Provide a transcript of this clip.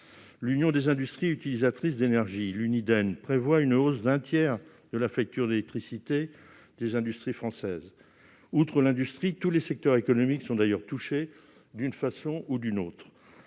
l'Union des industries utilisatrices d'énergie (Uniden) prévoit une hausse d'un tiers de la facture d'électricité des industries françaises. Du reste, outre l'industrie, tous les secteurs économiques sont touchés, d'une façon ou d'une autre.